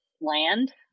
land